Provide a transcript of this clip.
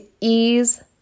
ease